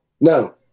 No